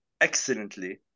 excellently